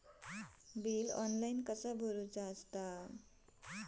Bill online कसा भरायचा?